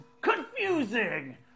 confusing